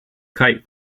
kite